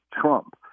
Trump